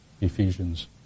Ephesians